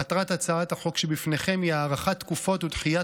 מטרת הצעת החוק שבפניכם היא הארכת תקופות ודחיית